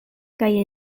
kaj